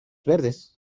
verdes